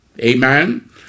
Amen